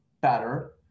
better